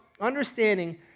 understanding